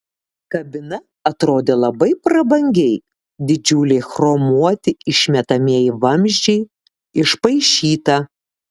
kabina atrodė labai prabangiai didžiuliai chromuoti išmetamieji vamzdžiai išpaišyta